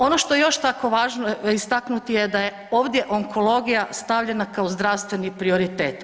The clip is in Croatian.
Ono što je još tako važno istaknuti da je ovdje onkologija stavljena kao zdravstveni prioritet.